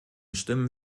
stimmen